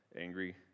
angry